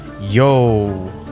Yo